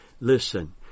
Listen